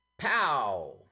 Pow